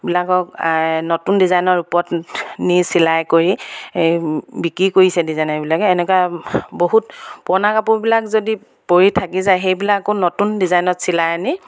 বিলাকক নতুন ডিজাইনৰ ওপৰত নি চিলাই কৰি বিক্ৰী কৰিছে ডিজাইনাৰবিলাকে এনেকুৱা বহুত পুৰণা কাপোৰবিলাক যদি পৰি থাকি যায় সেইবিলাকো নতুন ডিজাইনত চিলাই আনি